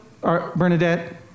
Bernadette